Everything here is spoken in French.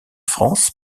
france